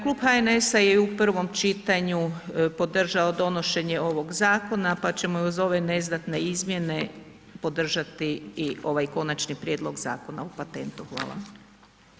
Klub HNS-a je i u prvom čitanju podržao donošenje ovoga zakona, pa ćemo i uz ove neznatne izmjene podržati i ovaj Konačni prijedlog Zakona o patentu.